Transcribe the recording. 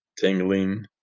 tingling